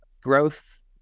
growth